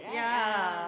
yeah